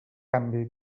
àmbit